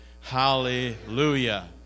Hallelujah